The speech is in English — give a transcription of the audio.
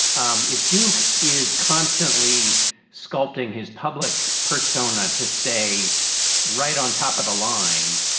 um if duke is constantly sculpting his public persona to stay right on top of the line,